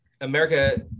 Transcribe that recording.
America